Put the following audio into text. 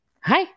hi